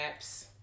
apps